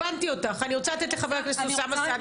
אני רוצה לתת לחבר הכנסת אוסאמה.